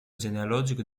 genealogico